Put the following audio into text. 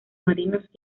marinos